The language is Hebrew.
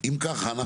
אם ככה,